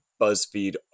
BuzzFeed